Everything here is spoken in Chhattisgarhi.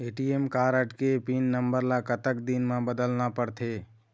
ए.टी.एम कारड के पिन नंबर ला कतक दिन म बदलना पड़थे?